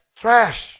trash